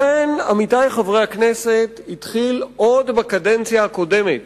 לכן, עמיתי חברי הכנסת, התחיל עוד בקדנציה הקודמת